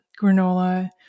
granola